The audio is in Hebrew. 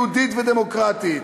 יהודית ודמוקרטית.